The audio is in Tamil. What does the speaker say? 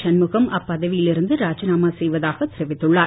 சண்முகம் அப்பதவியிலிருந்து ராஜிநாமா செய்வதாக தெரிவித்துள்ளார்